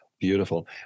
beautiful